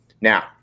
Now